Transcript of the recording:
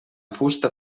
fusta